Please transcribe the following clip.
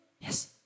Yes